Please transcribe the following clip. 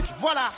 Voilà